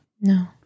No